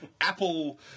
Apple